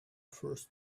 first